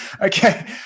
Okay